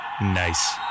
Nice